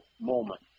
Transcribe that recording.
moment